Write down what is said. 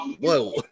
Whoa